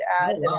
add